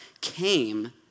came